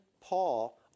Paul